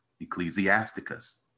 Ecclesiasticus